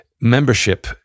membership